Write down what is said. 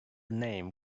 name